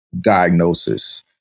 diagnosis